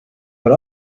but